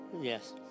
Yes